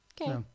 Okay